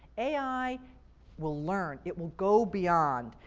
ai will learn. it will go beyond,